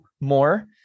more